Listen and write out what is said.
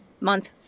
month